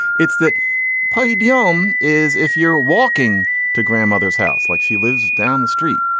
it's that palladium is if you're walking to grandmother's house like she lives down the street.